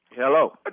Hello